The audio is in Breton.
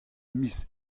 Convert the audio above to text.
miz